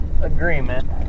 agreement